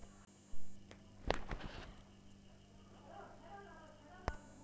సామాజిక లేదా పర్యావరన లక్ష్యాలు ఎప్పుడూ యాపార కేంద్రకంగానే ఉంటాయి